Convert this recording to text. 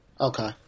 Okay